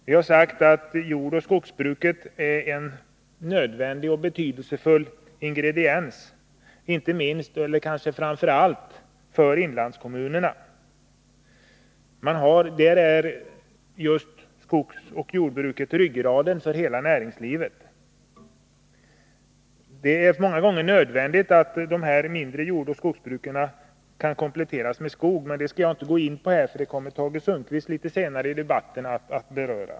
Vi har sagt att jordoch skogsbruket är en nödvändig och betydelsefull ingrediens, inte minst och kanske framför allt för inlandskommunerna. Det är ryggraden för hela näringslivet. Det är många gånger nödvändigt att familjejordbruket kompletteras med skogsbruk, men den frågan kommer Tage Sundkvist att beröra.